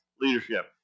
leadership